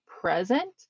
present